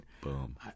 Boom